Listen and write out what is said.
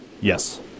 Yes